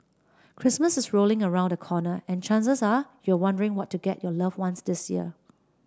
Christmas is rolling around the corner and chances are you're wondering what to get your loved ones this year